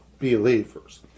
believers